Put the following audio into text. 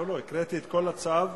הקראתי את כל הצו.